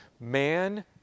man